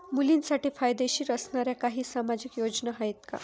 मुलींसाठी फायदेशीर असणाऱ्या काही सामाजिक योजना आहेत का?